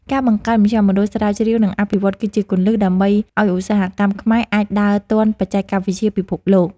ការបង្កើតមជ្ឈមណ្ឌលស្រាវជ្រាវ និងអភិវឌ្ឍន៍គឺជាគន្លឹះដើម្បីឱ្យឧស្សាហកម្មខ្មែរអាចដើរទាន់បច្ចេកវិទ្យាពិភពលោក។